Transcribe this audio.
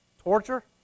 Torture